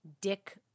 Dick